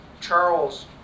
Charles